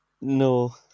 No